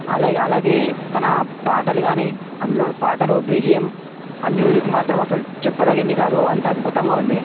అలాగ అలాగే తన పాటలు కానీ అందులోని పాటలు బిజిఎం ఆ మ్యూజిక్ మాత్రం అసలు చెప్పతగింది కాదు అంత అద్భుతంగా ఉంది